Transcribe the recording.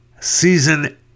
season